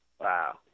Wow